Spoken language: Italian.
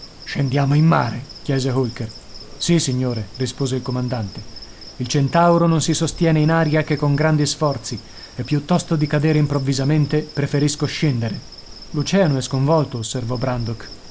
scendiamo in mare chiese holker sì signore rispose il comandante il centauro non si sostiene in aria che con grandi sforzi e piuttosto di cadere improvvisamente preferisco scendere l'oceano è sconvolto osservò brandok